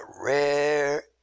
rare